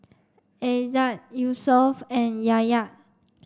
Izzat Yusuf and Yahya